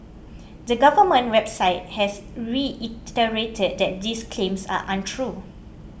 the government website has reiterated that these claims are untrue